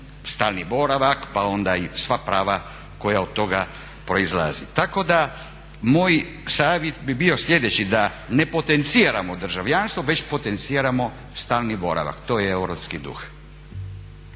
stalni boravak pa onda i sva prava koja iz toga proizlazi. Tako da moj savjet bi bio sljedeći da ne potenciramo državljanstvo već potenciramo stalni boravak, to je europski duh.